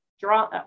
draw